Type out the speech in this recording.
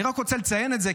אני רק רוצה לציין את זה,